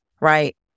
right